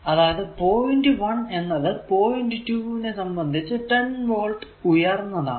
അതായതു പോയിന്റ് 1 എന്നത് പോയിന്റ് 2 നെ സംബന്ധിച്ച് 10 വോൾട് ഉയർന്നതാണ്